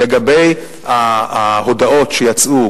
לגבי ההודעות שיצאו,